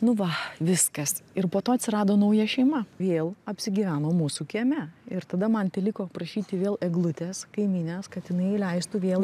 nu va viskas ir po to atsirado nauja šeima vėl apsigyveno mūsų kieme ir tada man teliko prašyti vėl eglutės kaimynės kad jinai įleistų vėl